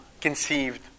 conceived